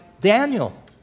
Daniel